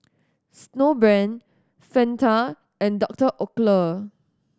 Snowbrand Fanta and Doctor Oetker